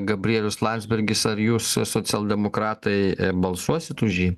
gabrielius landsbergis ar jūs socialdemokratai balsuosit už jį